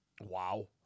Wow